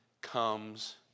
comes